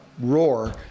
roar